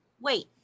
wait